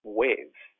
waves